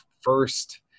first